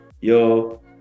yo